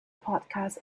podcast